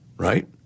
Right